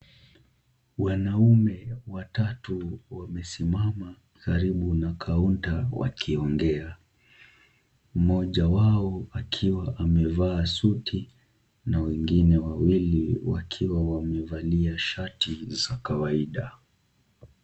Wanaume watatu wamesimama karibu na kaunta wakiongea. Mmoja wao akiwa amevaa suti na wengine wawili wakiwa wamevalia shati za kawaida.